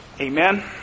Amen